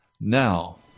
now